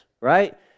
right